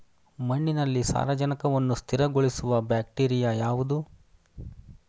ಮಣ್ಣಿನಲ್ಲಿ ಸಾರಜನಕವನ್ನು ಸ್ಥಿರಗೊಳಿಸುವ ಬ್ಯಾಕ್ಟೀರಿಯಾ ಯಾವುದು?